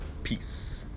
Peace